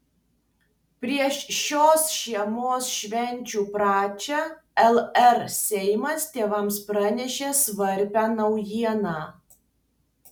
prieš šios žiemos švenčių pradžią lr seimas tėvams pranešė svarbią naujieną